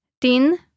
din